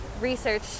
research